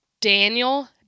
Daniel